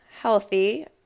healthy